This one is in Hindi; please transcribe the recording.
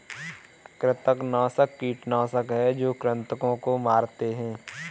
कृंतकनाशक कीटनाशक हैं जो कृन्तकों को मारते हैं